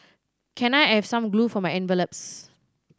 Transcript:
can I have some glue for my envelopes